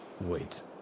Wait